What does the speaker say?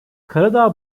karadağ